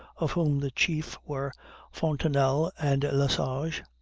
of whom the chief were fontenelle and le sage,